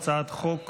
הצעת חוק